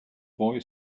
boy